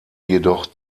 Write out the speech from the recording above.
jedoch